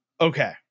okay